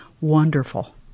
wonderful